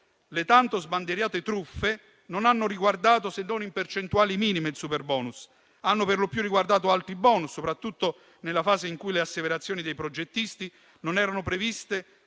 le tanto sbandierate truffe non hanno riguardato se non in percentuali minime il superbonus, ma hanno perlopiù riguardato altri *bonus*, soprattutto nella fase in cui le asseverazioni dei progettisti non erano previste